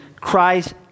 Christ